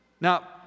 Now